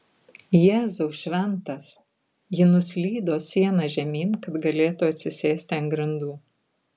jėzau šventas ji nuslydo siena žemyn kad galėtų atsisėsti ant grindų